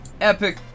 epic